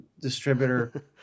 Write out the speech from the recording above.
distributor